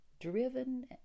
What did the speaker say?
driven